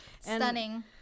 Stunning